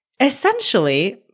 Essentially